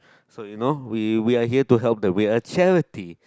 so you know we we are here to help the we are charity